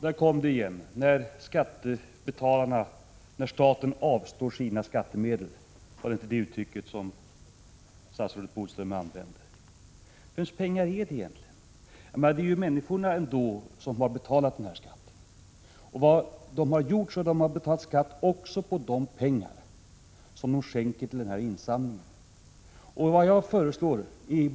Fru talman! Där kom det igen — när staten avstår sina skattemedel. Var det inte det uttrycket statsrådet Bodström använde? Vems pengar är det egentligen? Det är ändå människor som betalat denna skatt, och de har betalat skatt också på de pengar som de skänker till insamlingen.